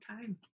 time